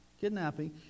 kidnapping